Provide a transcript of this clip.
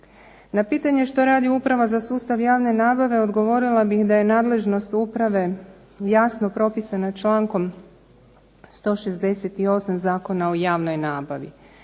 Na pitanje što radi Uprava za sustav javne nabave odgovorila bih da je nadležnost uprave jasno propisana člankom 168. Zakona o javnoj nabavi.